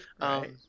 Right